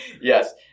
Yes